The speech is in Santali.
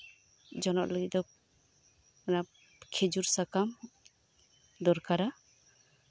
ᱡᱚᱱᱚᱜ ᱞᱟᱹᱜᱤᱫ ᱫᱚ ᱚᱱᱟ ᱠᱷᱮᱡᱩᱨ ᱥᱟᱠᱟᱢ ᱫᱚᱨᱠᱟᱨᱟ